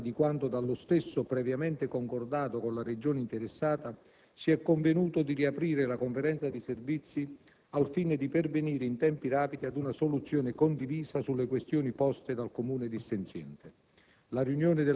anche sulla base di quanto dallo stesso previamente concordato con la Regione interessata, si è convenuto di riaprire la conferenza di servizi, al fine di pervenire, in tempi rapidi, ad una soluzione condivisa sulle questioni poste dal Comune dissenziente.